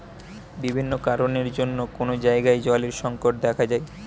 বিভিন্ন কারণের জন্যে কোন জায়গায় জলের সংকট দেখা যায়